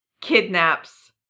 kidnaps